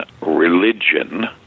religion